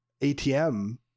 ATM